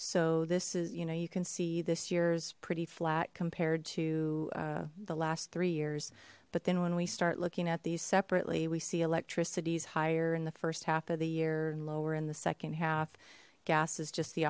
so this is you know you can see this year is pretty flat compared to the last three years but then when we start looking at these separately we see electricity's higher in the first half of the year and lower in the second half gas is just the